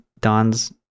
don's